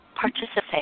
participate